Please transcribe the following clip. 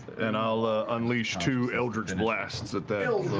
and i'll unleash two eldritch blasts at that